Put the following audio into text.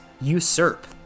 usurp